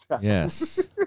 Yes